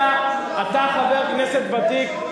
אתה חבר כנסת ותיק,